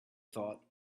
thought